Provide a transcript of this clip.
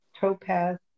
topaz